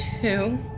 two